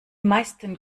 meisten